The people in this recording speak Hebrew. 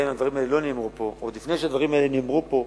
גם אם הדברים האלה לא נאמרו פה ועוד לפני שהדברים האלה נאמרו פה,